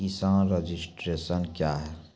किसान रजिस्ट्रेशन क्या हैं?